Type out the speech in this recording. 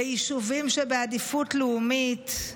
ביישובים שבעדיפות לאומית,